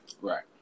right